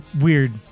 weird